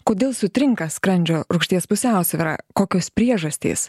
kodėl sutrinka skrandžio rūgšties pusiausvyra kokios priežastys